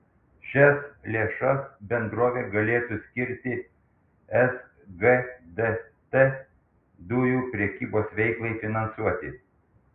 šias lėšas bendrovė galėtų skirti sgdt dujų prekybos veiklai finansuoti